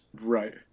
right